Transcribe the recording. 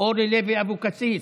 אורלי לוי אבקסיס,